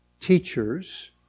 teachers